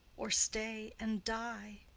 or stay and die.